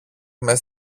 μες